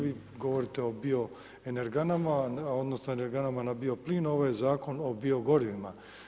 Vi govorite o bio energanama odnosno energanama na bio plin, a ovo je Zakon o bio-gorivima.